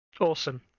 Awesome